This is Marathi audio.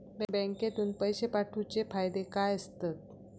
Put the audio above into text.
बँकेतून पैशे पाठवूचे फायदे काय असतत?